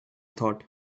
thought